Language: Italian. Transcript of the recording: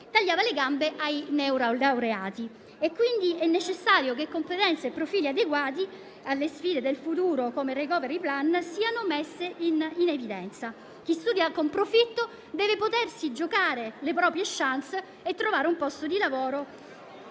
tagliava le gambe ai neolaureati. Era quindi necessario che competenze e profili adeguati alle sfide del futuro come il *recovery plan* fossero messi in evidenza. Chi studia con profitto deve potersi giocare le proprie *chance* e trovare un posto di lavoro